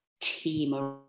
team